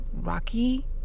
rocky